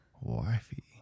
wifey